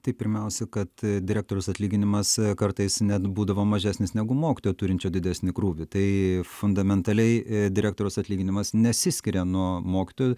tai pirmiausia kad direktoriaus atlyginimas kartais net būdavo mažesnis negu mokytojo turinčio didesnį krūvį tai fundamentaliai direktoriaus atlyginimas nesiskiria nuo mokytojų